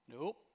Nope